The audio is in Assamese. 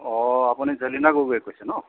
অঁ আপুনি জেলিনা গগৈয়ে কৈছে ন